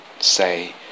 say